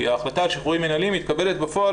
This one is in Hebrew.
ההחלטה על שחרורים מינהליים מתקבלת בפועל